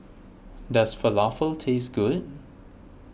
does Falafel taste good